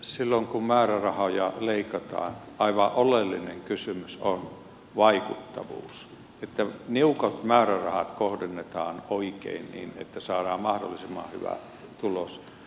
silloin kun määrärahoja leikataan aivan oleellinen kysymys on vaikuttavuus että niukat määrärahat kohdennetaan oikein niin että saadaan mahdollisimman hyvä tulos